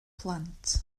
plant